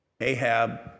Ahab